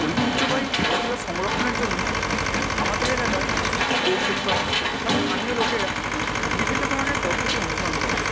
ঐতিহ্যবাহী খেলাধুলা সংরক্ষণের জন্য আমাদের এলাকার স্পোর্টস সেক্টর বা স্থানীয় লোকেরা বিভিন্ন ধরনের পদ্ধতি অনুসরণ করে